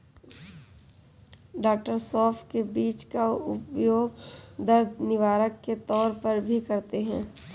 डॉ सौफ के बीज का उपयोग दर्द निवारक के तौर पर भी करते हैं